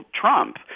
Trump